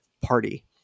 party